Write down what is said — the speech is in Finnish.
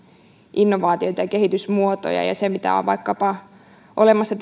innovaatioita ja kehitysmuotoja ja mitä on olemassa